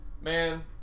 Man